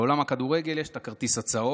בעולם הכדורגל יש את הכרטיס הצהוב,